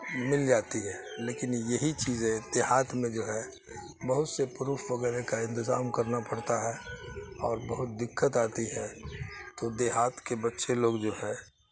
مل جاتی ہے لیکن یہی چیزیں دیہات میں جو ہے بہت سے پروف وغیرہ کا انتظام کرنا پڑتا ہے اور بہت دقت آتی ہے تو دیہات کے بچے لوگ جو ہے